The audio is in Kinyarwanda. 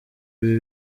ibi